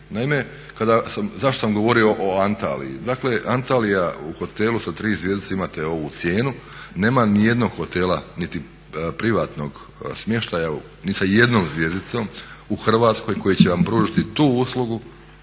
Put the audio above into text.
Naime, zašto sam govorio o Antalyi? Dakle, Antalya u hotelu sa 3 zvjezdice imate ovu cijenu, nema nijednog hotela niti privatnog smještaja ni sa 1 zvjezdicom u Hrvatskoj koji će vam pružiti tu uslugu